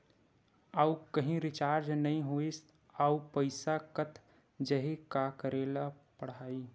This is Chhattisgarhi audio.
आऊ कहीं रिचार्ज नई होइस आऊ पईसा कत जहीं का करेला पढाही?